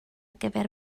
gyfer